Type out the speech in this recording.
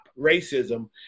racism